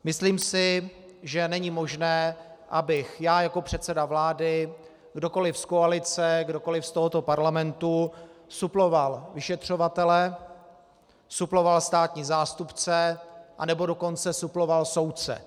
Myslím si, že není možné, abych já jako předseda vlády, kdokoli z koalice, kdokoli z tohoto parlamentu suploval vyšetřovatele, suploval státní zástupce, anebo dokonce suploval soudce.